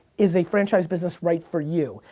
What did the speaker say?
is a franchise business right for you?